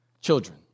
Children